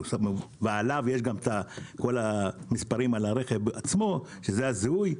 מעליו יש את כל המספרים על הרכב עצמו שהם הזיהוי.